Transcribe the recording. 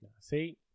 See